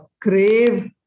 crave